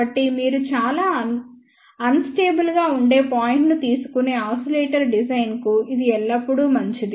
కాబట్టి మీరు చాలా అన్ స్టేబుల్ గా ఉండే పాయింట్ను తీసుకునే ఆసిలేటర్ డిజైన్ కు ఇది ఎల్లప్పుడూ మంచిది